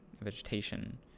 vegetation